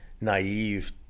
naive